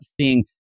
seeing